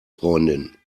freundin